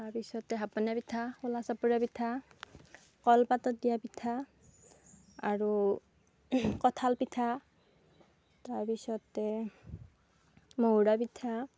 তাৰপিছতে হাপনা পিঠা খোলা চাপৰি পিঠা কলপাতত দিয়া পিঠা আৰু কঁঠাল পিঠা তাৰপিছতে মহুৰা পিঠা